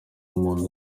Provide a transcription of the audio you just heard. umuntu